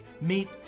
Meet